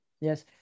Yes